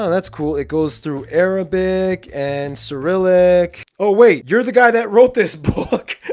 that's cool. it goes through arabic and cyrillic. oh wait you're the guy that wrote this book